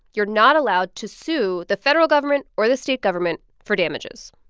you're not allowed to sue the federal government or the state government for damages.